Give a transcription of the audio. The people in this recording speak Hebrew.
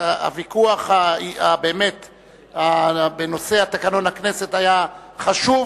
הוויכוח בנושא תקנון הכנסת היה חשוב,